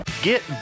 Get